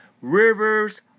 rivers